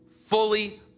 fully